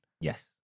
Yes